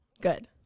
good